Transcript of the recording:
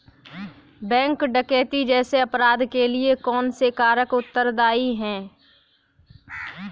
Bank डकैती जैसे अपराध के लिए कौन से कारक उत्तरदाई हैं?